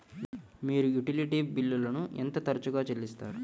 మీరు యుటిలిటీ బిల్లులను ఎంత తరచుగా చెల్లిస్తారు?